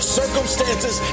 circumstances